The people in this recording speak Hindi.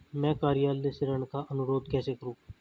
मैं कार्यालय से ऋण का अनुरोध कैसे करूँ?